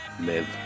live